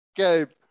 Okay